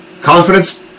confidence